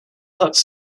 huts